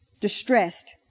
distressed